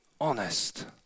honest